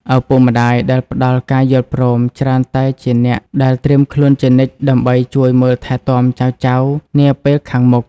ឪពុកម្ដាយដែលផ្ដល់ការយល់ព្រម ច្រើនតែជាអ្នកដែលត្រៀមខ្លួនជានិច្ចដើម្បីជួយមើលថែទាំចៅៗនាពេលខាងមុខ។